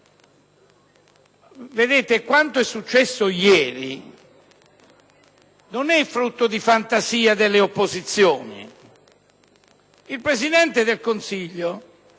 Vedete, quanto è successo ieri non è il frutto della fantasia delle opposizioni: il Presidente del Consiglio,